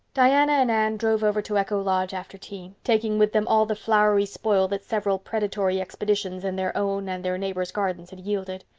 diana and anne drove over to echo lodge after tea, taking with them all the flowery spoil that several predatory expeditions in their own and their neighbors' gardens had yielded.